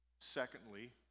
secondly